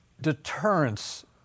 Deterrence